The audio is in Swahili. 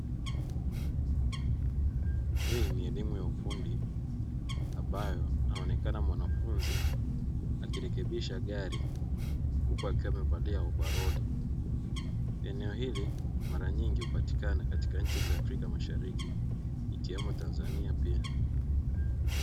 Hii ni elimu ya ufundi ambayo anaonekana mwanafunzi akirekebisha gari huku akiwa amevalia vazi maalum, eneo hili mara nyingi hupatikana katika nchi za Afrika mashariki ikiwemo Tanzania pia.